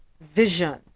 vision